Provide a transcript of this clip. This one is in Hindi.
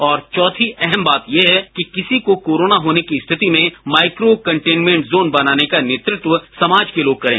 और चौथी अहम बात यह कि किसी को कोरोना होने की स्थिति में माइको कन्टेनमेंट जोन बनाने का नतत्व समाज के लोग करें